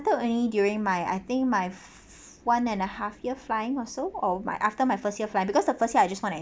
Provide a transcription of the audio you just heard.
ted~ only during my I think my one and a half year flying or so or my after my first year fly because the first I just want to